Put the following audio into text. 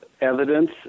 evidence